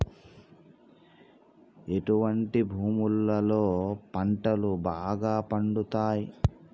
ఎటువంటి భూములలో పంటలు బాగా పండుతయ్?